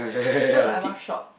cause my eyebrow short